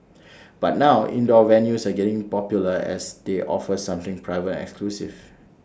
but now indoor venues are getting popular as they offer something private exclusive